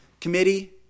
committee